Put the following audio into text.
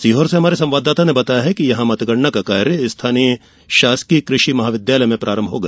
सीहोर से हमारे संवाददाता ने बताया है कि यहां मतगणना का कार्य स्थानीय शासकीय कृषि महाविद्यालय में होगा